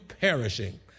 perishing